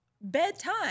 bedtime